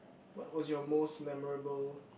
what was your most memorable